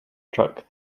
struck